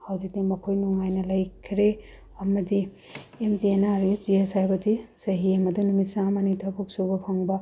ꯍꯧꯖꯤꯛꯇꯤ ꯃꯈꯣꯏ ꯅꯨꯡꯉꯥꯏꯅ ꯂꯩꯈ꯭ꯔꯦ ꯑꯃꯗꯤ M G N R E G S ꯍꯥꯏꯕꯗꯤ ꯆꯍꯤ ꯑꯃꯗ ꯅꯨꯃꯤꯠ ꯆꯥꯝꯃꯅꯤ ꯊꯕꯛ ꯁꯨꯕ ꯐꯪꯕ